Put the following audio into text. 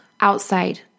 outside